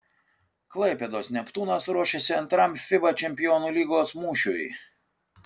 klaipėdos neptūnas ruošiasi antram fiba čempionų lygos mūšiui